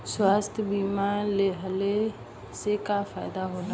स्वास्थ्य बीमा लेहले से का फायदा होला?